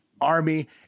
Army